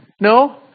No